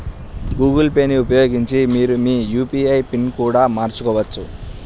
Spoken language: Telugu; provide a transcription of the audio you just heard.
గూగుల్ పే ని ఉపయోగించి మీరు మీ యూ.పీ.ఐ పిన్ని కూడా మార్చుకోవచ్చు